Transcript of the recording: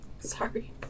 Sorry